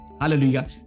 Hallelujah